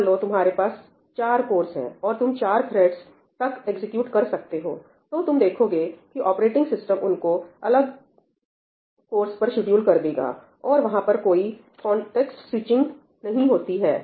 मान लो तुम्हारे पास 4 कोरस हैं और तुम चार थ्रेड्स तक एग्जीक्यूट कर रहे हो तो तुम देखोगे कि ऑपरेटिंग सिस्टम उनको अलग कोरस पर शेड्यूल कर देगा और वहां पर कोइ कन्टेक्स्ट स्विचिंग नहीं होती है